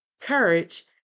courage